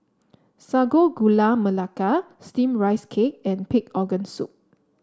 Sago Gula Melaka steamed Rice Cake and Pig Organ Soup